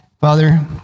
Father